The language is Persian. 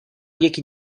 یکی